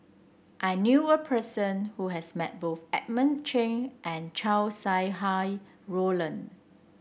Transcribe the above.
I knew a person who has met both Edmund Cheng and Chow Sau Hai Roland